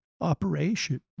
Operation